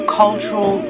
cultural